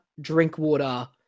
Drinkwater